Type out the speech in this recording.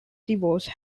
divorce